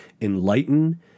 enlighten